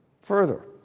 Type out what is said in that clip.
Further